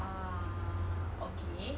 err okay